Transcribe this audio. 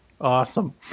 awesome